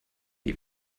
die